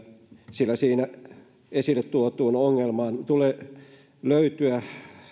sillä siinä esille tuotuun ongelmaan tulee löytyä